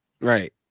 Right